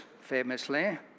famously